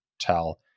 tell